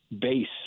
base